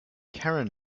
karen